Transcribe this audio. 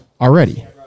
already